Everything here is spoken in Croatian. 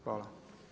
Hvala.